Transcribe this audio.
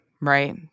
right